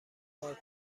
پارک